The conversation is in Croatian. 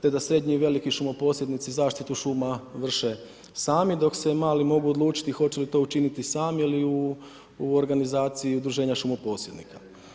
Te da srednji i veliki šumo posjednici, zaštitu šuma vrše šume, dok se mali mogu odlučiti hoće li to učiniti sami ili u organizaciji udruženja šumoposjednika.